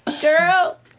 girl